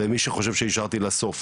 למי שחושב שהשארתי אותו בסוף,